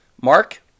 Mark